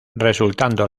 resultando